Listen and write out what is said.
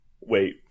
wait